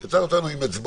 הוא יצר אותנו עם אצבעות.